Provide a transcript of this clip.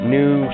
new